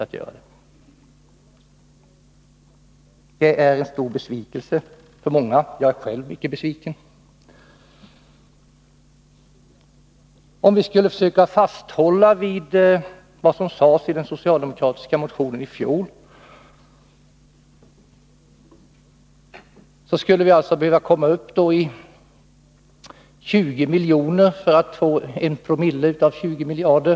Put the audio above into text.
Detta har blivit en mycket stor besvikelse för många, och jag är själv mycket besviken. Fasthåller man vid vad som skrevs i fjolårets socialdemokratiska motion, skulle det behövas 20 miljoner för att det skall bli 1 promille av 20 miljarder.